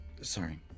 Sorry